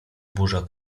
burza